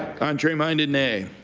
contrary-minded nay?